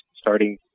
starting